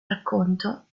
racconto